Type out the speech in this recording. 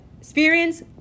experience